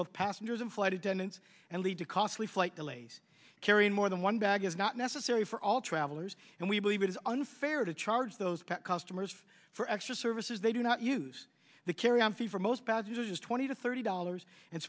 both passengers and flight attendants and lead to costly flight delays carrying more than one bag is not necessary for all travelers and we believe it is unfair to charge those customers for extra services they do not use the carry on fee for most passengers twenty to thirty dollars and